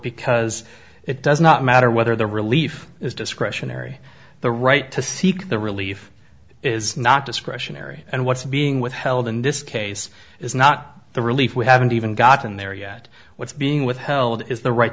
because it does not matter whether the relief is discretionary the right to seek the relief is not discretionary and what's being withheld in this case is not the relief we haven't even gotten there yet what's being withheld is the right